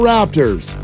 Raptors